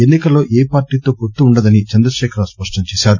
ఎన్ని కల్లో ఏ పార్టీతో పొత్తు ఉండదని చంద్రశేఖరరావు స్పష్టం చేశారు